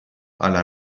alla